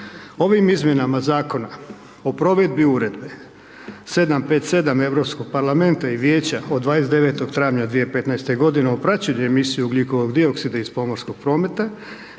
ovim izmjenama Zakona o provedbi Uredbe 757. Europskog parlamenta i Vijeća od 29. travnja 2015. godine, o praćenju emisije ugljikovog dioksida iz pomorskog prometa,